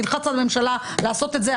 נלחץ על הממשלה לעשות את זה.